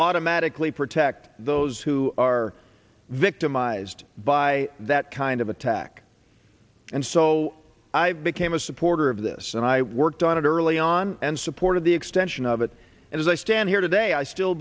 automatically protect those who are victimized by that kind of attack and so i became a supporter of this and i worked on it early on and supported the extension of it and as i stand here today i still